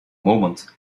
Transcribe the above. moment